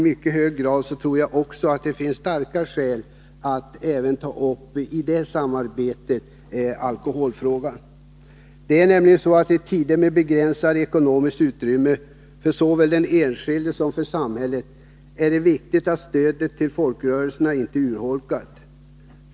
Jag tror att det finns starka skäl att i det samarbetet även ta upp alkoholfrågan. I tider med begränsat ekonomiskt utrymme såväl för den enskilde som för samhället är det viktigt att stödet till folkrörelserna inte urholkas.